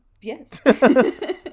Yes